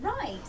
Right